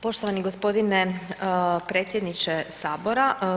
Poštovani gospodine potpredsjedniče Sabora.